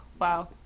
wow